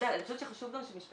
אני חושבת שחשוב גם שמשפטן